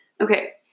Okay